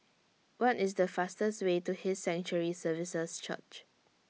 What IS The fastest Way to His Sanctuary Services Church